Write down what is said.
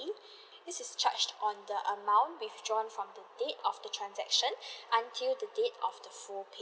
this is charged on the amount which joined from the date of the transaction until the date of the full